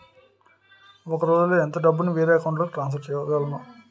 ఒక రోజులో ఎంత డబ్బుని వేరే అకౌంట్ లోకి ట్రాన్సఫర్ చేయగలను?